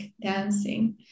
dancing